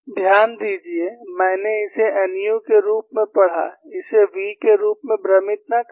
ध्यान दीजिये मैंने इसे nu के रूप में पढ़ा इसे v के रूप में भ्रमित न करें